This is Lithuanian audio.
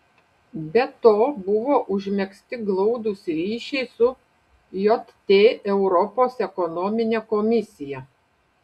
be to buvo užmegzti glaudūs ryšiai su jt europos ekonomine komisija